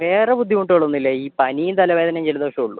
വേറെ ബുദ്ധിമുട്ടുകളൊന്നുമില്ല ഈ പനിയും തലവേദനയും ജലദോഷവും ഉള്ളൂ